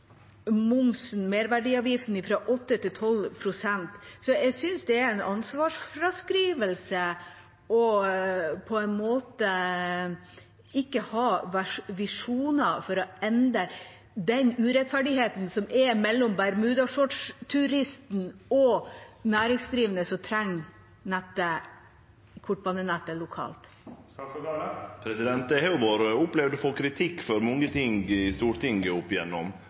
momsen, merverdiavgiften, fra 8 pst. til 12 pst. Så jeg synes det er en ansvarsfraskrivelse ikke å ha visjoner for å endre den urettferdigheten som er mellom bermudashortsturisten og næringsdrivende som trenger kortbanenettet lokalt. Eg har opplevd å få kritikk for mange ting i Stortinget opp igjennom,